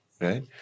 right